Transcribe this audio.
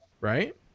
right